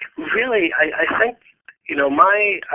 really, i think you know my